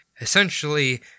essentially